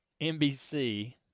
NBC